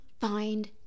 find